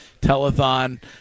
telethon